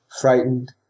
frightened